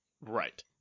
right